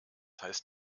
heißt